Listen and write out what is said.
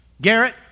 Garrett